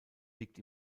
liegt